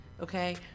okay